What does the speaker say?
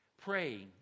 praying